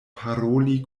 paroli